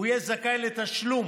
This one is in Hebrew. הוא יהיה זכאי לתשלום